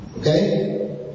Okay